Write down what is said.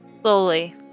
Slowly